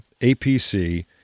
APC